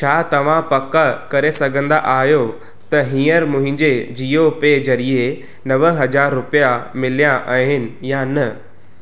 छा तव्हां पक करे सघंदा आहियो त हीअंर मुंहिंजे जीओ पे ज़रिए नव हज़ार रुपिया मिलिया आहिन या न